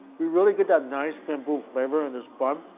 we really get that nice bamboo flavor in this bun.